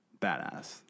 badass